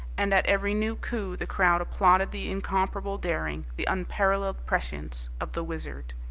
and at every new coup the crowd applauded the incomparable daring, the unparalleled prescience of the wizard.